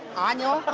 i know.